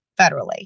federally